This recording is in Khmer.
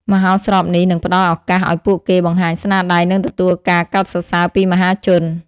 មហោស្រពនេះនឹងផ្តល់ឱកាសឲ្យពួកគេបង្ហាញស្នាដៃនិងទទួលការកោតសរសើរពីមហាជន។